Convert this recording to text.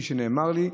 כפי שנאמר לי,